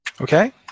Okay